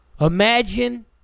Imagine